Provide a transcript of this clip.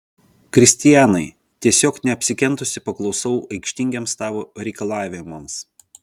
kristianai tiesiog neapsikentusi paklusau aikštingiems tavo reikalavimams